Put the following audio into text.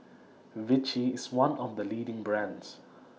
Vichy IS one of The leading brands